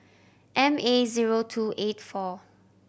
M A zero two eight four